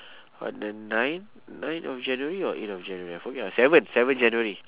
on the nine nine of january or eight of january I forget ah seven seven january